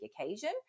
occasion